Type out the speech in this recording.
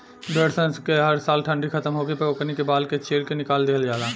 भेड़ सन के हर साल ठंडी खतम होखे पर ओकनी के बाल के छील के निकाल दिहल जाला